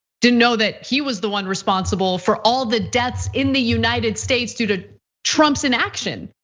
didn't know that he was the one responsible for all the deaths in the united states due to trump's inaction,